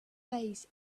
face